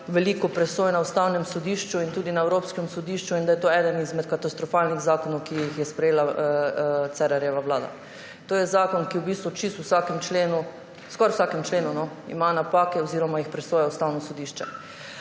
veliko presoj na Ustavnem sodišču in tudi na Evropskem sodišču in da je to eden izmed katastrofalnih zakonov, ki jih je sprejela Cerarjeva vlada. To je zakon, ki ima v bistvu v čisto vsakem členu, skoraj v vsakem členu napake oziroma jih presoja Ustavno sodišče.